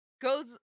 goes